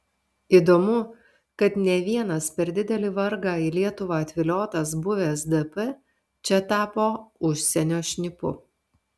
įdomu kad ne vienas per didelį vargą į lietuvą atviliotas buvęs dp čia tapo užsienio šnipu